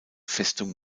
festung